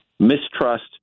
mistrust